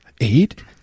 Eight